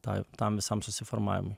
tai tam visam susiformavimui